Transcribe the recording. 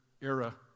era